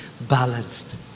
balanced